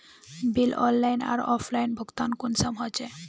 Bill online आर offline भुगतान कुंसम होचे?